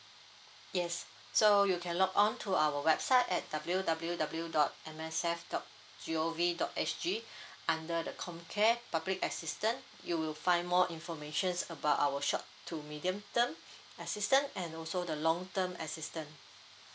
yes so you can log on to our website at W W W dot M S F dot G O V dot S G under the comcare public assistance you will find more informations about our short to medium term assistance and also the long term assistance